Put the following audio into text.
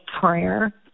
prayer